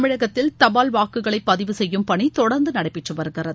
தமிழகத்தில் தபால் வாக்குகளை பதிவு செயயும் பணி தொடர்ந்து நடைபெற்று வருகிறது